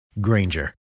Granger